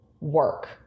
work